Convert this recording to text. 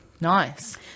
Nice